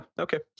okay